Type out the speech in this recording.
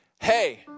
hey